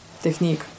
technique